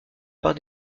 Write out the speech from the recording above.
part